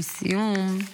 לסיום,